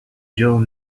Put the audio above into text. joe